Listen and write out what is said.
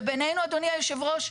ובנינו אדוני יושב הראש,